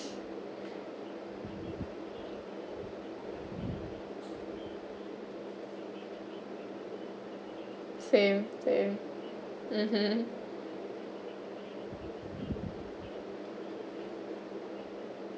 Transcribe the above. same same mmhmm